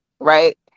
right